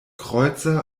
kreuzer